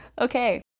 okay